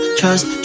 trust